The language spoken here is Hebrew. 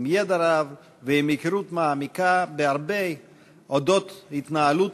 עם ידע רב ועם היכרות מעמיקה בהרבה על אודות ההתנהלות